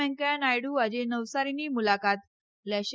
વેંકેંચા નાયડુ આજે નવસારીની મુલાકાત લેશે